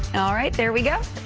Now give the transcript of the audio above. all right, there we go.